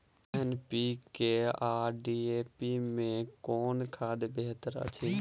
NPK आ DAP मे कुन खाद बेहतर अछि?